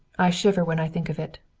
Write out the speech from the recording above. i shiver when i think of it.